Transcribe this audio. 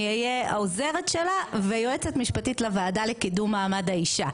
אהיה העוזרת שלה ויועצת משפטית לוועדה לקידום מעמד האישה.